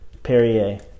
perrier